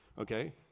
okay